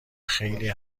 خیلی